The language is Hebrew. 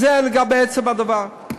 זה לגבי עצם הדבר.